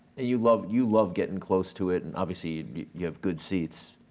you love you love getting close to it, and obviously you have good seats.